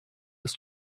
his